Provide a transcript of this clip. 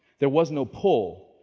there was no pull.